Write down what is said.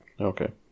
Okay